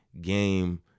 game